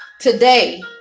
Today